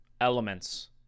elements